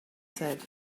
said